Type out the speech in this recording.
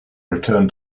return